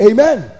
Amen